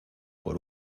por